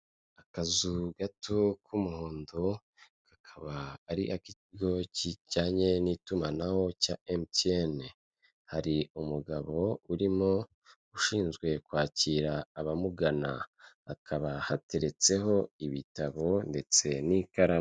Akazu gato k'umuhondo kakaba ari ikigo kijyanye n'itumanaho cya Emutiyene, hari umugabo urimo ushinzwe kwakira abamugana hakaba hateretseho ibitabo ndetse n'ikaramu.